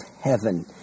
heaven